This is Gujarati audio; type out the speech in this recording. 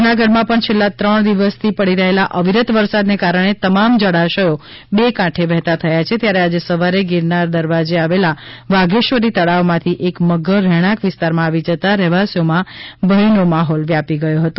જૂનાગઢમાં પણ છેલ્લા ત્રણ દિવસથી પડી રહેલા અવિરત વરસાદને કારણે તમામ જળાશયો બે કાંઠે વહેતા થયા છે ત્યારે આજે સવારે ગિરનાર દરવાજે આવેલ વાઘેશ્વરી તળાવમાંથી એક મગર રહેણાંક વિસ્તારમાં આવી જતા રહેવાસીઓમાં ભયનો માહોલ વ્યાપી ગયો હતો